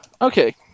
Okay